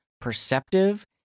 perceptive